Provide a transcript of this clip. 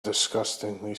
disgustingly